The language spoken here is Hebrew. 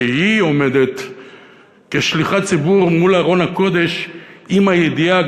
כי היא עומדת כשליחת ציבור מול ארון הקודש עם הידיעה,